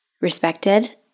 respected